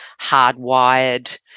hardwired